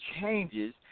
changes